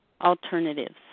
alternatives